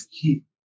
keep